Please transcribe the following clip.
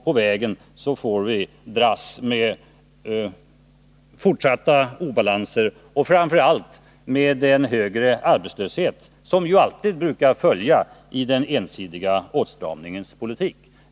På vägen får vi dras med fortsatta obalanser och framför allt med en högre arbetslöshet, som ju alltid brukar följa i den ensidiga åtstramningspolitikens spår.